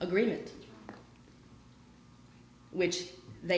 agreement which they